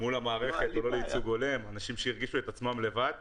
מול המערכת, אנשים שהרגישו את עצמם לבד.